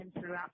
throughout